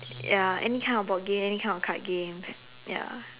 ya any kind of board game any kind of card games ya